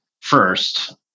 first